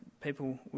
people